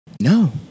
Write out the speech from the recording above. No